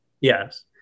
Yes